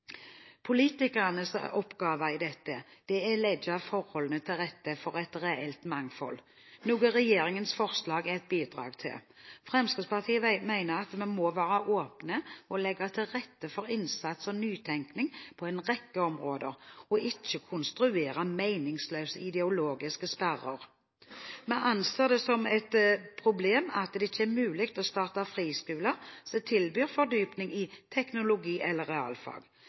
Politikernes oppgave i dette er å legge forholdene til rette for et reelt mangfold, noe regjeringens forslag er et bidrag til. Fremskrittspartiet mener at vi må være åpne og legge til rette for innsats og nytenkning på en rekke områder, og ikke konstruere meningsløse ideologiske sperrer. Vi anser det som et problem at det ikke er mulig å starte friskoler som tilbyr fordypning i teknologi- eller realfag,